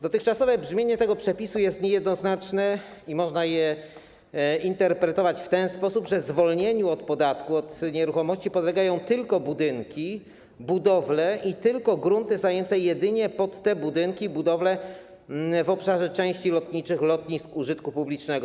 Dotychczasowe brzmienie tego przepisu jest niejednoznaczne i można je interpretować w ten sposób, że zwolnieniu od podatku od nieruchomości podlegają tylko budynki i budowle i jedynie grunty zajęte pod te budynki i budowle w obszarze części lotniczych lotnisk użytku publicznego.